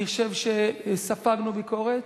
אני חושב שספגנו ביקורת